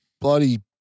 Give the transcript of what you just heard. bloody